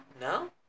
No